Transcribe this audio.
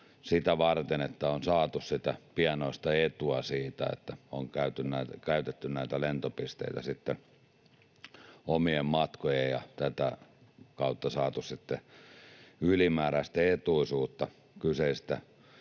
sitä varten, että on saatu sitä pienoista etua siitä, että on käytetty näitä lentopisteitä omiin matkoihin ja tätä kautta saatu sitten ylimääräistä etuisuutta kyseisistä